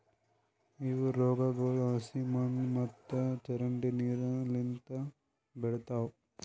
ಇವು ರೋಗಗೊಳ್ ಹಸಿ ಮಣ್ಣು ಮತ್ತ ಚರಂಡಿ ನೀರು ಲಿಂತ್ ಬೆಳಿತಾವ್